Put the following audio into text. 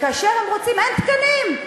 וכאשר הם רוצים, אין תקנים.